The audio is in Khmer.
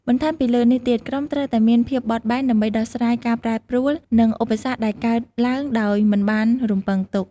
បន្ថែមពីលើនេះទៀត ក្រុមត្រូវតែមានភាពបត់បែន ដើម្បីដោះស្រាយការប្រែប្រួល និងឧបសគ្គដែលកើតឡើងដោយមិនបានរំពឹងទុក។